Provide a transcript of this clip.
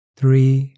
three